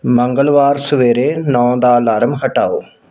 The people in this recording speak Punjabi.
ਮੰਗਲਵਾਰ ਸਵੇਰੇ ਨੌਂ ਦਾ ਅਲਾਰਮ ਹਟਾਓ